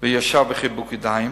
וישב בחיבוק ידיים,